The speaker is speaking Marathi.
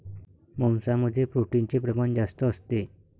मांसामध्ये प्रोटीनचे प्रमाण जास्त असते